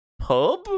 pub